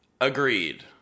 Agreed